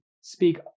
speak